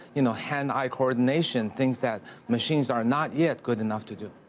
you know, hand-eye coordination, things that machines are not yet good enough to do.